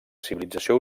civilització